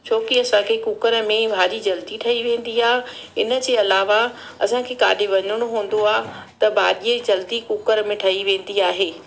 छोकी असांखे कुकर में भाॼी जल्दी ठही वेंदी आहे इन जे अलावा असांखे किथे वञिणो हूंदो आहे त भाॼी जल्दी कुकर में ठही वेंदी आहे